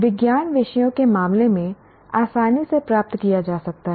विज्ञान विषयों के मामले में आसानी से प्राप्त किया जा सकता है